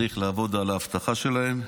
צריך לעבוד על האבטחה שלהם,